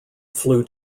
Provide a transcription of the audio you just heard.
flew